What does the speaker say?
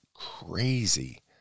crazy